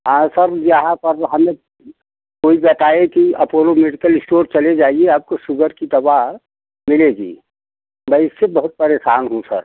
हाँ सर यहाँ पर हमें कोई बताए कि अपोलो मेडिकल इश्टोर चले जाइए आपको शुगर की दवा मिलेगी मैं इससे बहुत परेशान हूँ सर